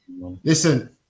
listen